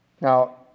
Now